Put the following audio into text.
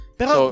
pero